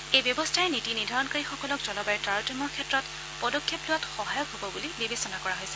এই ব্যৱস্থাই নীতি নিৰ্দ্ধাৰণকাৰীসকলক জলবায়ুৰ তাৰতম্যৰ ক্ষেত্ৰত পদক্ষেপ লোৱাত সহায়ক হ'ব বুলি বিবেচনা কৰা হৈছে